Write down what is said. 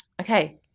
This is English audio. Okay